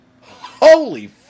holy